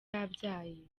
yabyaye